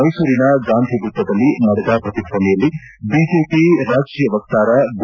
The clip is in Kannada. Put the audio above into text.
ಮೈಸೂರಿನ ಗಾಂಧಿ ವೃತ್ತದಲ್ಲಿ ನಡೆದ ಪ್ರತಿಭಟನೆಯಲ್ಲಿ ಬಿಜೆಪಿ ರಾಜ್ಯ ವಕ್ತಾರ ಗೋ